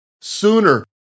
sooner